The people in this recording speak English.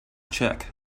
check